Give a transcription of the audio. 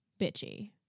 bitchy